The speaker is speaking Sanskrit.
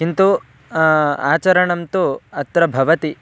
किन्तु आचरणं तु अत्र भवति